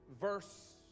verse